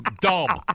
dumb